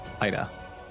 Ida